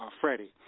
Freddie